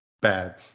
bad